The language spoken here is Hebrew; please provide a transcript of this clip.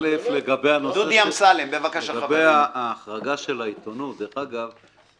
לגבי ההחרגה של העיתונות דרך אגב,